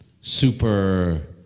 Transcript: super